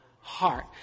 Heart